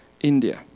India